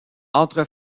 entre